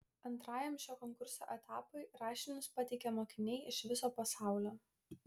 antrajam šio konkurso etapui rašinius pateikia mokiniai iš viso pasaulio